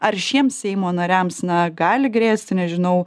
ar šiems seimo nariams na gali grėsti nežinau